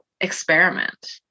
experiment